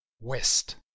West